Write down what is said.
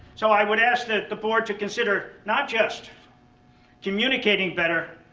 so, i would ask the the board to consider not just communicating better,